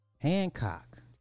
Hancock